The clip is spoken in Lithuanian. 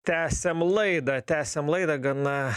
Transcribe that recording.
tęsiam laidą tęsiam laidą gana